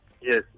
Yes